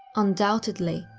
undoubtedly,